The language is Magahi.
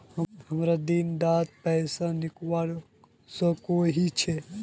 हमरा दिन डात पैसा निकलवा सकोही छै?